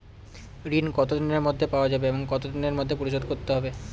ঋণ কতদিনের মধ্যে পাওয়া যাবে এবং কত দিনের মধ্যে পরিশোধ করতে হবে?